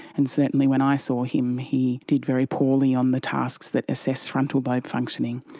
and certainly when i saw him he did very poorly on the tasks that assess frontal lobe functioning,